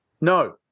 No